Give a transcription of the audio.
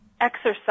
exercise